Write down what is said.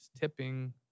tipping